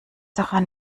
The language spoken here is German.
daran